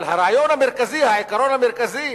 אבל הרעיון המרכזי, העיקרון המרכזי,